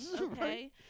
okay